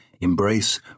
Embrace